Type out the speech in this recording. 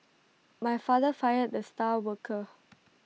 my father fired the star worker